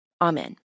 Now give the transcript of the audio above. Amen